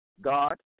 God